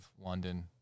London